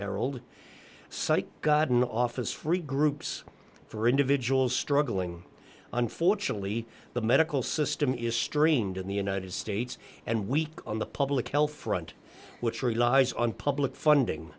herald site godden office free groups for individuals struggling unfortunately the medical system is streamed in the united states and weak on the public health front which relies on public funding